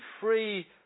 free